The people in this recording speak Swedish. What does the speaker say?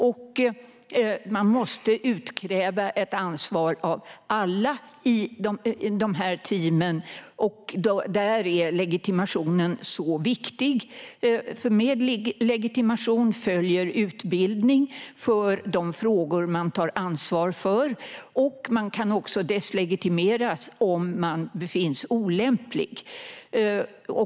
Ansvar måste kunna utkrävas av alla i teamen, och där är legitimationen viktig. Med legitimation följer utbildning för de frågor man tar ansvar för, och man kan också deslegitimeras om man befinns olämplig.